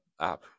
app